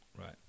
Right